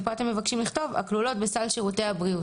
ופה אתם מבקשם לכתוב "הכלולות בסל שירותי הבריאות".